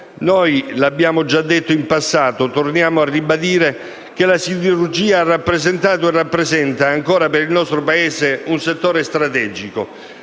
Noi l'abbiamo già detto in passato e torniamo a ribadire che la siderurgia ha rappresentato e rappresenta ancora per il nostro Paese un settore strategico,